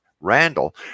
Randall